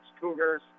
Cougars